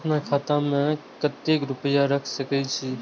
आपन खाता में केते रूपया रख सके छी?